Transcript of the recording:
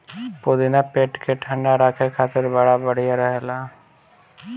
पुदीना पेट के ठंडा राखे खातिर बड़ा बढ़िया रहेला